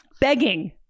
Begging